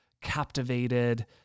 captivated